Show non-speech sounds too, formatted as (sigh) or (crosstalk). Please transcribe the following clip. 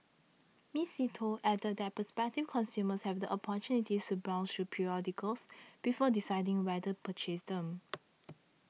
Miss See Tho added that prospective consumers have the opportunity to browse through periodicals before deciding whether to purchase them (noise)